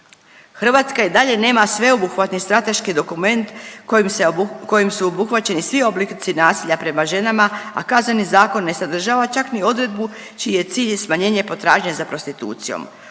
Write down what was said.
Hrvatska i dalje nema sveobuhvatni strateški dokument kojim su obuhvaćeni svi oblici nasilja prema ženama, a Kazneni zakon ne sadržava čak ni odredbu čiji je cilj i smanjenje potražnje za prostitucijom.